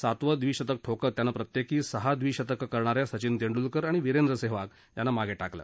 सातवं द्विशतक ठोकत त्यानं प्रत्येकी सहा द्विशतकं करणाऱ्या सचिन तेंडुलकर आणि वीरेंद्र सेहवाग यांना मागे टाकलं